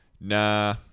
nah